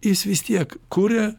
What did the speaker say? jis vis tiek kuria